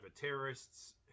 terrorists